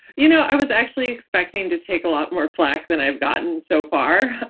you know, i was actually expecting to take a lot more flack than i've gotten so far,